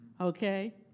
okay